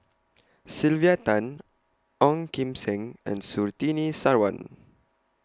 Sylvia Tan Ong Kim Seng and Surtini Sarwan